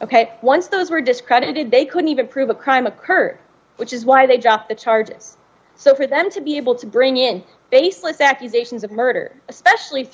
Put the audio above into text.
ok once those were discredited they couldn't even prove a crime occurred which is why they dropped the charges so for them to be able to bring in baseless accusations of murder especially through